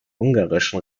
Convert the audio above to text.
ungarischen